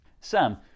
Sam